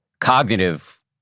cognitive